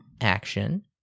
action